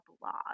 blog